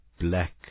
black